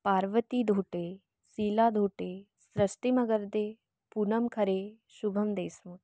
Parvati Dhute Sheela Dhute Srishti Magarde Poonam Khare Shubham Deshmukh